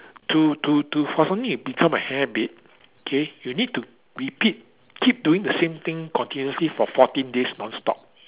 to to to for something to become a habit okay you need to repeat keep doing the same thing continuously for fourteen days non stop